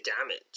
damage